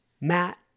Matt